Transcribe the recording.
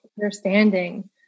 understanding